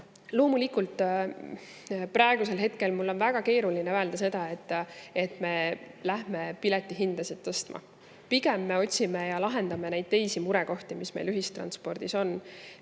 Loomulikult, praegusel hetkel mul on väga keeruline öelda seda, et me läheme piletihindasid tõstma. Pigem me otsime ja lahendame teisi murekohti, mis meil ühistranspordis on.